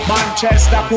Manchester